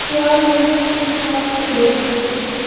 کیٛاہ یہِ ہفتہٕ چھَا پُلے ڈیٚے ہفتہٕ